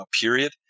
period